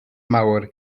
mawr